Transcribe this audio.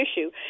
issue